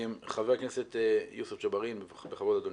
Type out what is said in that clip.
חבר הכנסת יוסף ג'בארין, בכבוד, אדוני.